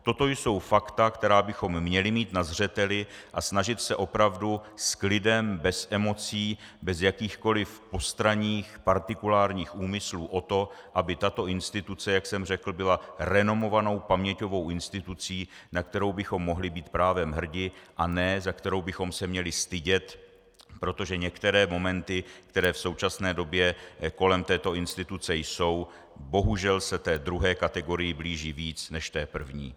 Toto jsou fakta, která bychom měli mít na zřeteli, a snažit se opravdu s klidem, bez emocí, bez jakýchkoli postranních partikulárních úmyslů o to, aby tato instituce, jak jsem řekl, byl renomovanou paměťovou institucí, na kterou bychom mohli být právem hrdi, a ne za kterou bychom se měli stydět, protože některé momenty, které v současné době kolem této instituce jsou, bohužel se té druhé kategorii blíží víc než té první.